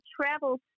travel